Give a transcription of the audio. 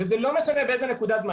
וזה לא משנה באיזה נקודת זמן.